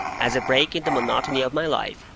as a break in the monotony of my life,